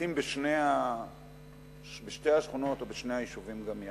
הבתים בשתי השכונות, או בשני היישובים גם יחד,